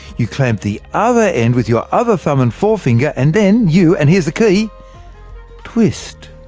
you clamp the other end with your other thumb and forefinger and then you and here's the key twist!